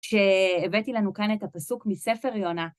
שהבאתי לנו כאן את הפסוק מספר יונה.